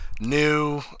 new